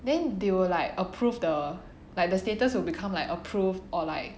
then they will like approve the like the status will become like approved or like